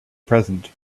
present